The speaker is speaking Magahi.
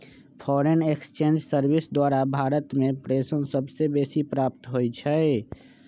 फॉरेन एक्सचेंज सर्विस द्वारा भारत में प्रेषण सबसे बेसी प्राप्त होई छै